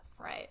right